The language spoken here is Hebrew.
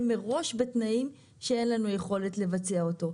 מראש בתנאים שאין לנו יכולת לבצע אותו.